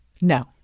No